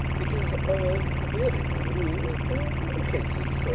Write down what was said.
it is our invariable rule in all cases, sir,